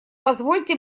позвольте